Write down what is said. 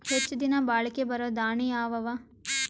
ಹೆಚ್ಚ ದಿನಾ ಬಾಳಿಕೆ ಬರಾವ ದಾಣಿಯಾವ ಅವಾ?